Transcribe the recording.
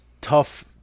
tough